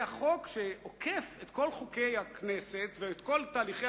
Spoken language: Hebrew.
זה החוק שעוקף את כל חוקי הכנסת ואת כל תהליכי